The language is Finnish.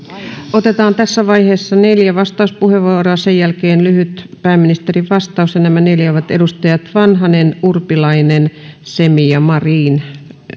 otetaan tässä vaiheessa neljä vastauspuheenvuoroa sen jälkeen lyhyt pääministerin vastaus ja nämä neljä ovat edustajat vanhanen urpilainen semi ja marin